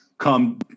come